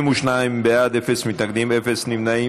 72 בעד, אפס מתנגדים, אפס נמנעים.